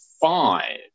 five